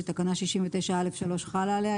שתקנה 69(א(3) חלה עליה,